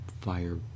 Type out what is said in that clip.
fire